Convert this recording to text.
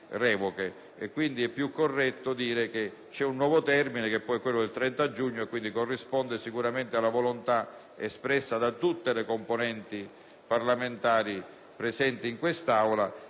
è quindi più corretto dire che c'è un nuovo termine, che poi è quello prossimo del 30 giugno e corrisponde sicuramente alla volontà espressa da tutte le componenti parlamentari presenti in quest'Aula,